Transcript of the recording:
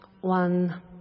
one